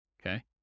okay